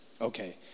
Okay